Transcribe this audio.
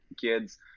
kids